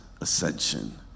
ascension